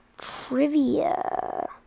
trivia